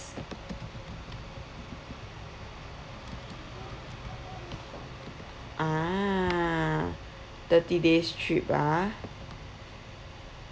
a'ah thirty days trip ha